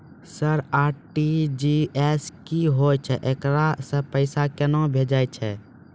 Sir RTGS की होय छै, एकरा से पैसा केना भेजै छै?